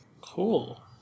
Cool